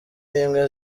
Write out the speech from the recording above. n’imwe